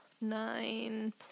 Nine